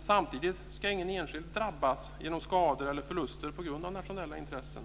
Samtidigt ska ingen enskild drabbas av skador eller förluster på grund av nationella intressen.